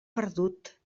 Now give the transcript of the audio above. perdut